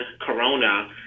Corona